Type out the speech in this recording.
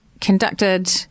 conducted